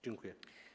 Dziękuję.